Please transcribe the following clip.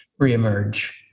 reemerge